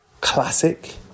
classic